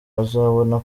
bazabona